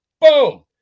boom